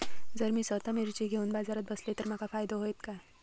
जर मी स्वतः मिर्ची घेवून बाजारात बसलय तर माका फायदो होयत काय?